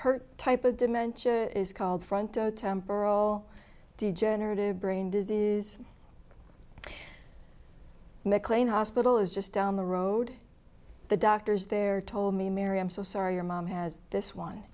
her type of dementia is called frontotemporal degenerative brain disease is mclean hospital is just down the road the doctors there told me mary i'm so sorry your mom has this one